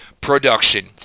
production